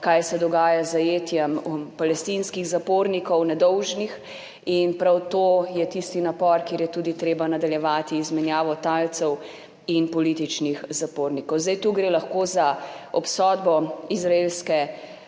kaj se dogaja z zajetjem nedolžnih palestinskih zapornikov, in prav to je tisti napor, kjer je tudi treba nadaljevati izmenjavo talcev in političnih zapornikov. Tu gre lahko za obsodbo trenutne